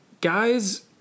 guys